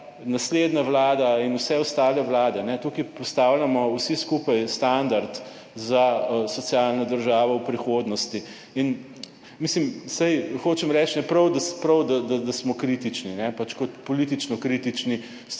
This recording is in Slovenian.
naslednja vlada in vse ostale vlade. Tukaj postavljamo vsi skupaj standard za socialno državo v prihodnosti. In, mislim, saj hočem reči, je prav, prav, da smo kritični pač kot politično kritični,